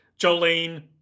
Jolene